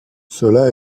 cela